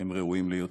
הם ראויים ליותר.